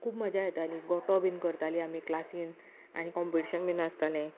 खूब मजा येताली गोटो बीन करतालीं आमी क्लासीन आनी कंपिटिशन बीन आसतालें